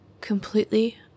Completely